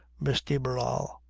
miss de barral.